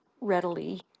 readily